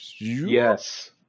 Yes